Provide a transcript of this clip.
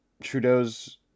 Trudeau's